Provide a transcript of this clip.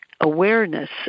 awareness